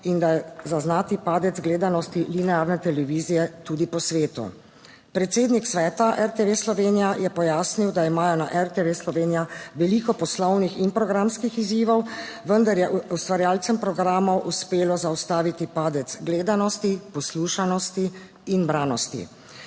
in da je zaznati padec gledanosti / nerazumljivo/ televizije tudi po svetu. Predsednik Sveta RTV Slovenija je pojasnil, da imajo na RTV Slovenija veliko poslovnih in programskih izzivov, vendar je ustvarjalcem programov uspelo zaustaviti padec gledanosti, poslušanosti in branosti.